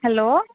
hello